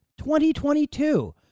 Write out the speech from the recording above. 2022